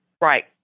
right